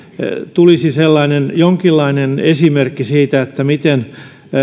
tulisi jonkinlainen esimerkki siitä miten